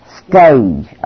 stage